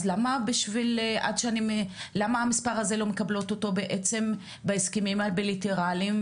אז למה המספר הזה לא מקבלות אותו בעצם בהסכמים הבילטרליים,